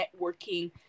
networking